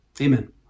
Amen